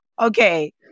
Okay